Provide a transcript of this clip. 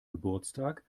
geburtstag